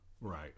right